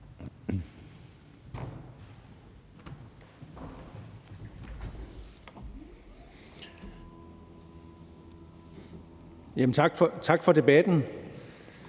Tak for debatten.